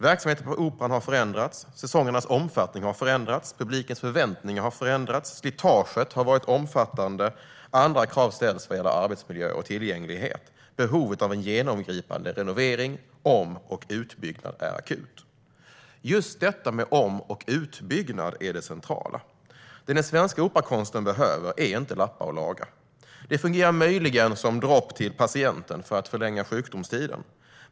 Verksamheten på Operan har förändrats. Säsongernas omfattning har förändrats. Publikens förväntningar har förändrats. Slitaget har varit omfattande. Andra krav ställs vad gäller arbetsmiljö och tillgänglighet. Behovet av en genomgripande renovering och om och utbyggnad är akut. Just detta med om och utbyggnad är det centrala. Det som den svenska operakonsten behöver är inte att man lappar och lagar. Det fungerar möjligen som dropp till patienten för att förlänga sjukdomstiden.